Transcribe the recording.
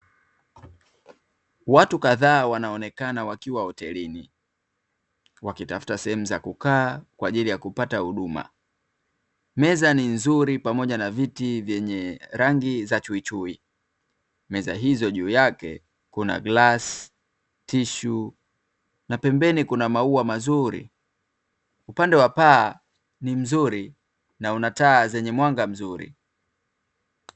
Watu kadhaa wanaonekana wakiwa hotelini, wakitafuta sehemu za kukaa kwa ajili ya kupata huduma. Meza ni nzuri pamoja na viti vyenye rangi za chuichui. Meza hizo juu yake kuna glasi, tishu, na pembeni kuna maua mazuri. Upande wa paa, ni mzuri na una taa zenye mwanga mzuri.